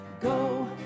Go